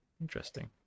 interesting